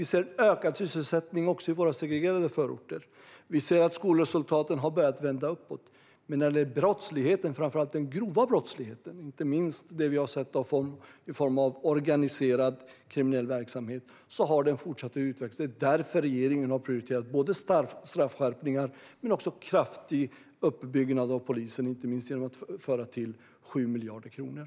Vi ser ökad sysselsättning också i våra segregerade förorter. Vi ser att skolresultaten har börjat att vända uppåt. Men brottsligheten har fortsatt att öka. Framför allt gäller detta den grova brottsligheten, inte minst det vi har sett i form av organiserad kriminell verksamhet. Det är därför regeringen har prioriterat straffskärpningar och kraftig uppbyggnad av polisen, inte minst genom att tillföra 7 miljarder kronor.